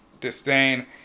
disdain